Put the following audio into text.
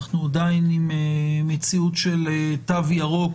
אנחנו עדיין עם מציאות של תו ירוק